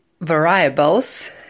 variables